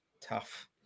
tough